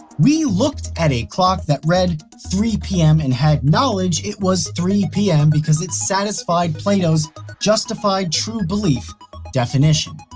we looked at a clock that read three pm and had knowledge it was three pm because it satisfied plato's justified true belief definition.